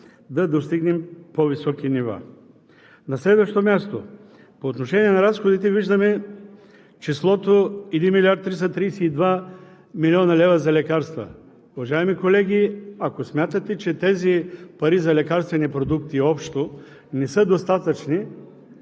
да достигнем по-високи нива. На следващо място, по отношение на разходите виждаме числото 1 млрд. 332 млн. лв. за лекарства. Уважаеми колеги, ако смятате, че тези пари за лекарствени продукти общо ще са достатъчни,